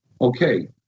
Okay